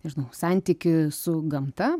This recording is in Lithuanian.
nežinau santykį su gamta